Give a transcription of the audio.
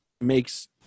makes